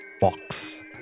box